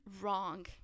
wrong